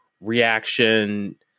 reaction